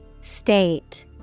State